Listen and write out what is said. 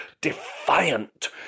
defiant